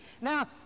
Now